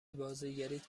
بازیگریت